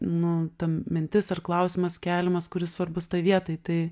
nu ta mintis ar klausimas keliamas kuris svarbus tai vietai tai